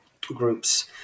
groups